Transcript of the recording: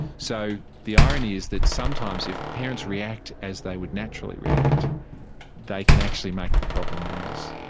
so the irony is that sometimes if parents react as they would naturally react they can actually make the problem worse.